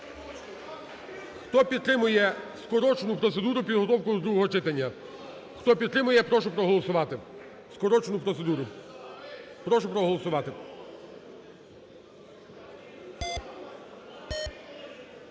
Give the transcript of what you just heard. Хто підтримує скорочену процедуру і підготовку до другого читання? Хто підтримує? Я прошу проголосувати